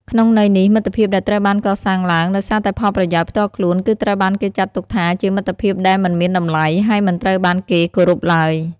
ក្នុងន័យនេះ មិត្តភាពដែលត្រូវបានកសាងឡើងដោយសារតែផលប្រយោជន៍ផ្ទាល់ខ្លួនគឺត្រូវបានគេចាត់ទុកថាជាមិត្តភាពដែលមិនមានតម្លៃ ហើយមិនត្រូវបានគេគោរពឡើយ។